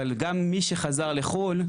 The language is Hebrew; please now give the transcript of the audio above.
אבל גם מי שחזר לחו"ל,